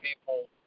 people